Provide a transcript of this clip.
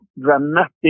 dramatic